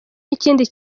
n’ikindi